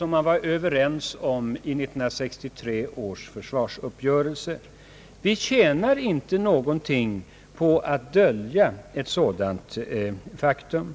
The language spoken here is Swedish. vad man var överens om i 1963 års försvarsuppgörelse. Vi tjänar inte någonting på att dölja ett sådant faktum.